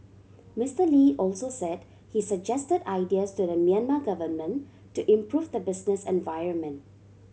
Mister Lee also said he suggested ideas to the Myanmar government to improve the business environment